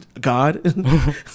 God